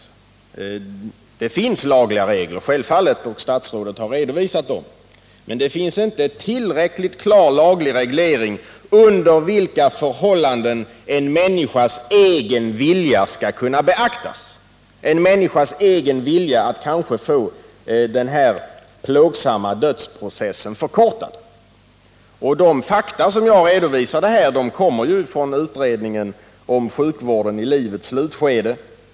Det finns självfallet lagliga regler, och statsrådet har redovisat dem, men det finns inte en tillräckligt klar laglig reglering av under vilka förhållanden en människas egen vilja skall kunna beaktas — kanske en människas vilja att få den plågsamma dödsprocessen förkortad. De fakta som jag redovisat här kommer från utredningen om sjukvården i livets slutskede.